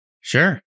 Sure